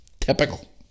Typical